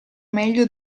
meglio